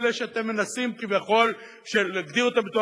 אלה שאתם מנסים כביכול להגדיר אותם בתור